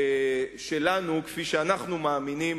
שלנו, כפי שאנחנו מאמינים